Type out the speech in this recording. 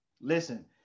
listen